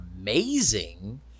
amazing